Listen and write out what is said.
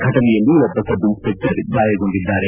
ಫಟನೆಯಲ್ಲಿ ಒಬ್ಬ sub inspector ಗಾಯಗೊಂಡಿದ್ದಾರೆ